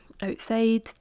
outside